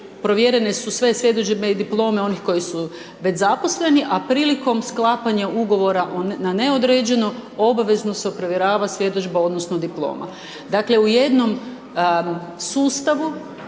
provjerene su sve svjedodžbe i diplome onih koji su već zaposleni, a prilikom sklapanja ugovora na neodređeno obavezno se provjerava svjedodžba odnosno diploma. Dakle, u jednom sustavu